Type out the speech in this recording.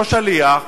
אותו שליח,